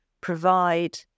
provide